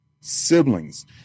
siblings